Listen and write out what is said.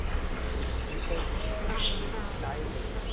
ஆ வீட் வீட்டில் நாய் இருக்குதுங்க